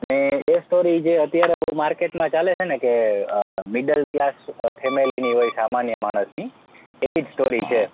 ને એ સ્ટોરી જે અત્યાર બહુ માર્કેટમાં ચાલે છે ને કે મિડલ ક્લાસ ફેમિલીની હોય સામાન્ય માણસની એવી જ સ્ટોરી છે